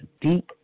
deep